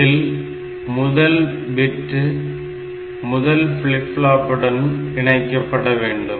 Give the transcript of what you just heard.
இதில் முதல் பிட்டு முதல் ஃப்ளிப் ஃபளாப்புடன் இணைக்கப்பட வேண்டும்